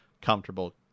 comfortable